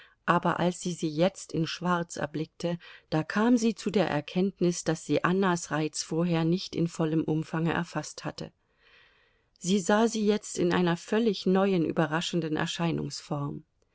aber als sie sie jetzt in schwarz erblickte da kam sie zu der erkenntnis daß sie annas reiz vorher nicht in vollem umfange erfaßt hatte sie sah sie jetzt in einer völlig neuen überraschenden erscheinungsform